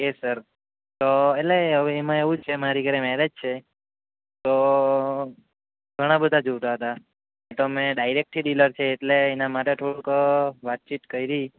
sir તો એટલે એમાં એવું છે કે મારી ઘરે મેરેજ છે તો ઘણાં બધાં જોવતા હતા તો તમે ડાયરેક્ટથી ડિલર છે એટલા માટે થોડુંક વાતચીત કઈરી